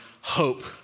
hope